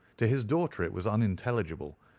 to his daughter it was unintelligible,